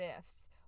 ifs